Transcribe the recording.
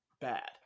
bad